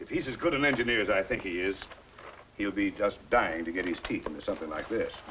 if he's as good an engineer as i think he is he'll be just dying to get these people or something like th